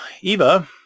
Eva